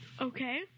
okay